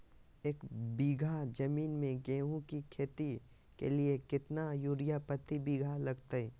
एक बिघा जमीन में गेहूं के खेती के लिए कितना यूरिया प्रति बीघा लगतय?